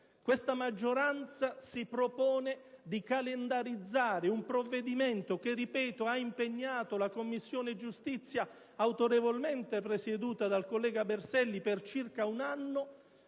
Questa maggioranza si propone di calendarizzare un provvedimento che - ripeto - ha impegnato la Commissione giustizia, autorevolmente presieduta dal collega Berselli, per circa un anno